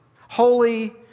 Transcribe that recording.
Holy